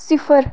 सिफर